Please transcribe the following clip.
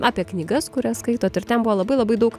apie knygas kurias skaitot ir ten buvo labai labai daug